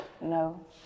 No